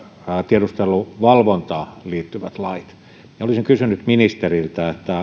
tiedusteluvalvontaan liittyvien lakien niin olisin kysynyt ministeriltä